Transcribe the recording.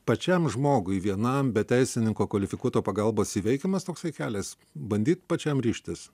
pačiam žmogui vienam be teisininko kvalifikuoto pagalbos įveikiamas toksai kelias bandyt pačiam ryžtis